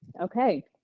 okay